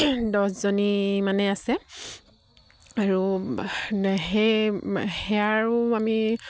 দহজনী মানে আছে আৰু সেই সেয়া আৰু আমি